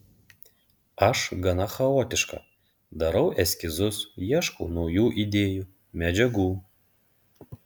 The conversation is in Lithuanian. aš gana chaotiška darau eskizus ieškau naujų idėjų medžiagų